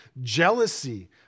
jealousy